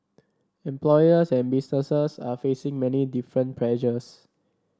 employers and businesses are facing many different pressures